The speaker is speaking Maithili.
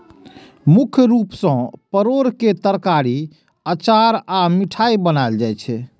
मुख्य रूप सं परोर के तरकारी, अचार आ मिठाइ बनायल जाइ छै